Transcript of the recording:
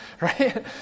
right